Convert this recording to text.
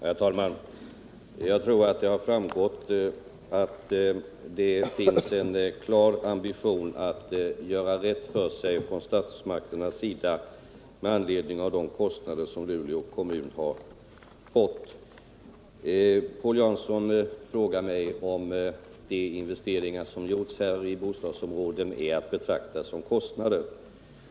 Herr talman! Jag tror att det har framgått att det finns en klar ambition hos statsmakterna att göra rätt för sig när det gäller de kostnader som Luleå kommun har fått. Paul Jansson frågar mig om de investeringar som gjorts i bostadsområden i Luleå är att betrakta som kostnader.